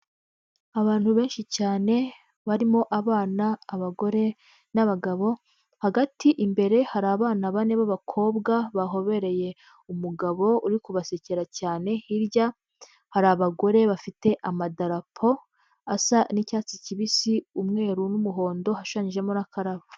Abantu benshi cyane, barimo abana, abagore n'abagabo, hagati imbere hari abana bane b'abakobwa bahobereye umugabo uri kubasekera cyane, hirya hari abagore bafite amadarapo asa n'icyatsi kibisi, umweru n'umuhondo hashushanyijemo n'akarabo.